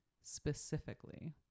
specifically